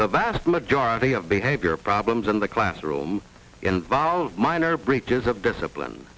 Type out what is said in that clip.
the vast majority of behavior problems in the classroom involve minor breaches of discipline